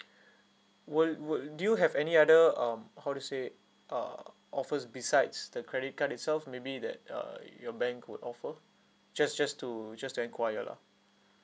would would do you have any other um how to say uh offers besides the credit card itself maybe that uh your bank would offer just just to just to enquire lah